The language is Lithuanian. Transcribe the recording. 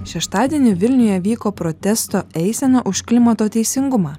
šeštadienį vilniuje vyko protesto eisena už klimato teisingumą